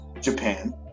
Japan